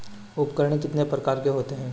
उपकरण कितने प्रकार के होते हैं?